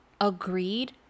agreed